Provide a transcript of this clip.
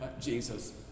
Jesus